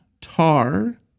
Tar